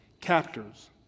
captors